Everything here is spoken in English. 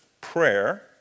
prayer